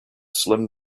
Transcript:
slim